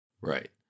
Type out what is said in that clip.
Right